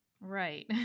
Right